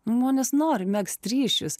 žmonės nori megzt ryšius